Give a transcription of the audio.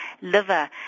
liver